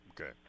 Okay